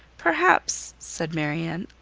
perhaps, said marianne,